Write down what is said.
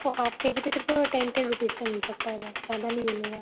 आपको half K G पे सिर्फ टेन टेन रुपीज़ का मिल सकता है बस ज़्यादा नहीं मिलेगा